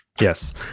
Yes